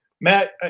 Matt